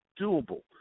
doable